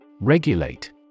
Regulate